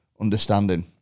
understanding